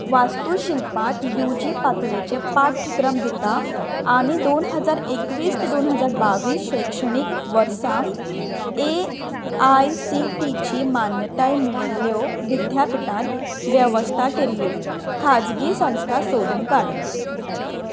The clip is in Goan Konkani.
वास्तूशिल्पांत यू जी पातळेचे पाठ्यक्रम दिता आनी दोन हजार एकवीस ते दोन हजार बावीस शैक्षणीक वर्सा A I C T E ची मान्यताय मेळिल्ल्यो विद्यापीठान वेवस्था केल्ल्यो खाजगी संस्था सोदून काड